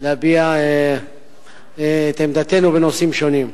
להביע את עמדתנו בנושאים שונים.